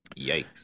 Yikes